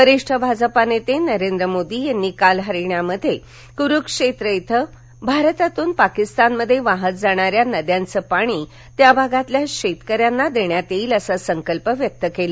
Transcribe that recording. वरिष्ठ भाजपा नेते नरेंद्र मोदी यांनी काल हरियाणामध्ये कुरुक्षेत्र इथं भारतातून पाकिस्तानमध्ये वाहत जाणाऱ्या नद्यांचं पाणी त्या भागातल्या शेतकऱ्यांना देण्यात येईल असा संकल्प व्यक्त केला